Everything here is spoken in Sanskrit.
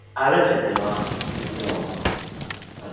आगच्छति वा एवं वा अस्तु अस्तु